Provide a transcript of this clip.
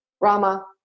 Rama